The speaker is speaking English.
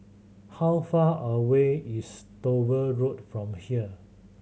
how far away is Dover Road from here